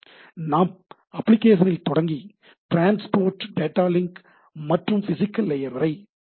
நாம் அப்ளிகேஷனில் தொடங்கி டிரான்ஸ்போர்ட் டேட்டா லிங்க் மற்றும் பிசிகல் லேயர் வரை பார்ப்போம்